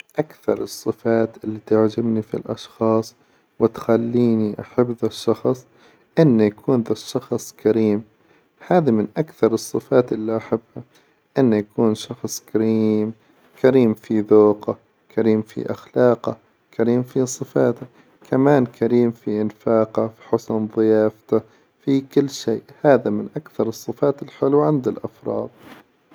أكثر الصفات إللي تعجبني في الأشخاص وتخليني أحب ذا الشخص! إن يكون ذا الشخص كريم هذي من أكثر الصفات إللي أحبها إن يكون شخص كريم، كريم في ذوقه، كريم في أخلاقه، كريم في صفاته، كمان كريم في انفاقه، في حسن ظيافته، في كل شيء هذي من أكثر الصفات الحلوة عند الأفراد.